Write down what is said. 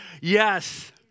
yes